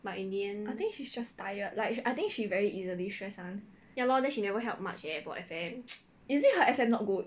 I think she's just tired like I think she very easily stress lah is it her F_M not good